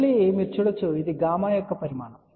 మళ్ళీ మీరు చూడవచ్చు ఇది గామా యొక్క పరిమాణం